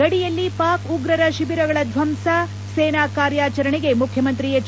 ಗಡಿಯಲ್ಲಿ ಪಾಕ್ ಉಗ್ರರ ತಿಬಿರಗಳ ದ್ವಂಸ ಸೇನಾ ಕಾರ್ಯಾಚರಣೆಗೆ ಮುಖ್ಣಮಂತ್ರಿ ಎಚ್